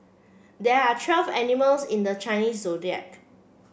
there are twelve animals in the Chinese Zodiac